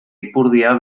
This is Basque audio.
ipurdia